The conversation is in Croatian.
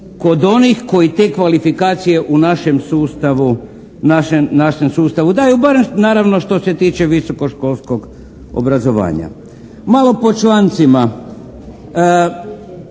Kod onih koji te kvalifikacije u našem sustavu, našem sustavu daju barem naravno što se tiče visokoškolskog obrazovanja. Malo po člancima.